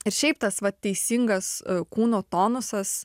ir šiaip tas va teisingas kūno tonusas